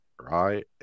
right